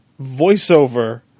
voiceover